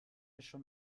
schon